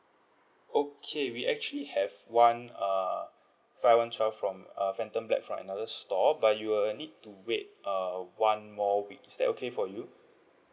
okay we actually have one err five one twelve from uh phantom black from another store but you will need to wait uh one more week is that okay for you